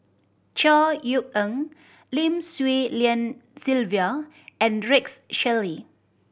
Chor Yeok Eng Lim Swee Lian Sylvia and Rex Shelley